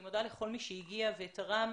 אני מודה לכל מי שהגיע ותרם.